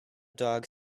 dog